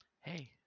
Hey